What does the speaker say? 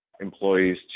employees